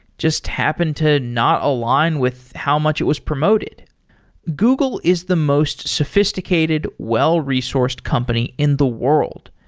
just happen to not align with how much it was promoted google is the most sophisticated, well-resourced company in the world.